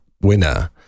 winner